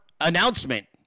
announcement